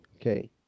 okay